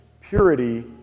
purity